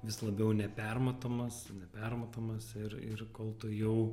vis labiau nepermatomas nepermatomas ir ir kol tu jau